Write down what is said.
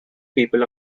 people